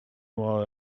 while